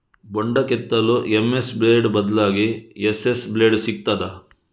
ಬೊಂಡ ಕೆತ್ತಲು MS blade ಬದ್ಲಾಗಿ ಎಸ್.ಎಸ್ ಬ್ಲೇಡ್ ಸಿಕ್ತಾದ?